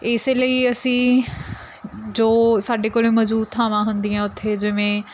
ਇਸ ਲਈ ਅਸੀਂ ਜੋ ਸਾਡੇ ਕੋਲ ਮੌਜੂਦ ਥਾਵਾਂ ਹੁੰਦੀਆਂ ਉੱਥੇ ਜਿਵੇਂ